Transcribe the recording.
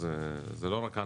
אז זה לא רק אננס.